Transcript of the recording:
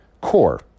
core